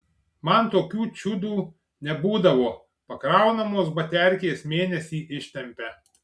man tokių čiudų nebūdavo pakraunamos baterkės mėnesį ištempia